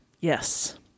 Yes